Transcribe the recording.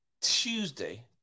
Tuesday